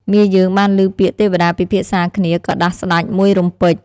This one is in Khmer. មាយើងបានឮពាក្យទេវតាពិភាក្សាគ្នាក៏ដាស់ស្តេចមួយរំពេច។